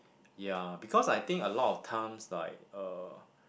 ya because I think a lot of times like uh